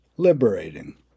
liberating